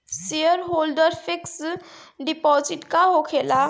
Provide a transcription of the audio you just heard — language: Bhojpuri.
सेयरहोल्डर फिक्स डिपाँजिट का होखे ला?